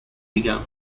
began